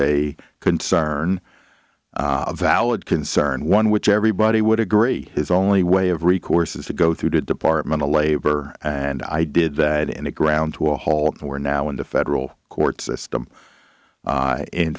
a concern a valid concern one which everybody would agree is only way of recourse is to go through the department of labor and i did that in the ground to a halt we're now into federal court system